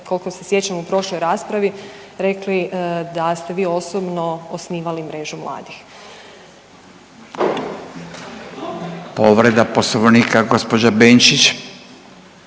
koliko se sjećam, u prošloj raspravi rekli da ste vi osobno osnivali Mrežu mladih. **Radin, Furio (Nezavisni)**